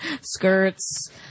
skirts